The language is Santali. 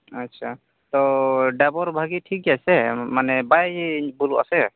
ᱟᱪᱪᱷᱟ ᱛᱚ ᱰᱟᱭᱵᱚᱨ ᱵᱷᱟᱜᱤ ᱴᱷᱤᱠ ᱜᱮᱭᱟᱭ ᱥᱮ ᱢᱟᱱᱮ ᱵᱟᱭ ᱵᱩᱞᱩᱜᱼᱟ ᱥᱮ